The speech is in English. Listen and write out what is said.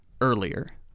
earlier